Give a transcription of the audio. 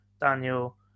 Daniel